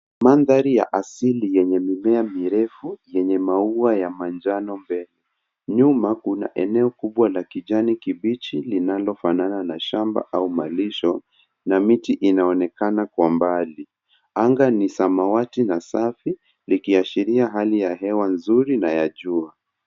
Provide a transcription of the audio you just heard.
Mandhari ya asili yenye mimea mirefu yenye maua ya manjano mbele nyuma kuna eneo kubwa la kijani kibichi linalofanana na shamba au malisho na miti inaonekana kwa mbali anga ni samawati na safi likiashiria hali ya hewa nzuri na jua.